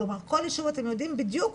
כלומר כל ישוב אתם יודעים בדיוק,